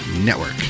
Network